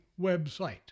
website